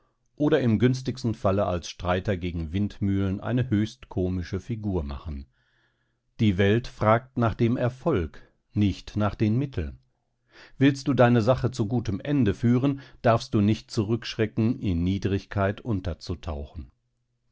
oder im günstigsten falle als streiter gegen windmühlen eine höchst komische figur machen die welt fragt nach dem erfolg nicht nach den mitteln willst du deine sache zu gutem ende führen darfst du nicht zurückschrecken in niedrigkeit unterzutauchen